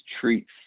treats